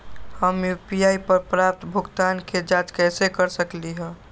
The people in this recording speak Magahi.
हम यू.पी.आई पर प्राप्त भुगतान के जाँच कैसे कर सकली ह?